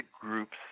groups